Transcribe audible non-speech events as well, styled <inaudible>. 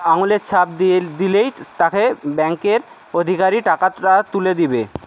আঙুলের ছাপ দিয়ে দিলেই তাকে ব্যাংকের অধিকারি <unintelligible> তুলে দেবে